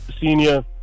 senior